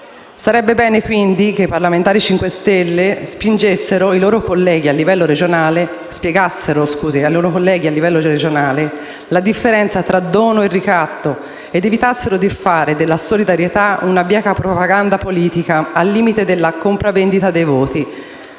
Sarebbe bene, quindi, che i parlamentari del Movimento 5 Stelle spiegassero ai loro colleghi a livello regionale la differenza tra dono e ricatto ed evitassero di fare della solidarietà una bieca propaganda politica al limite della compravendita dei voti.